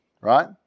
right